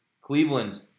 Cleveland